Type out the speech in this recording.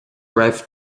raibh